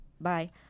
bye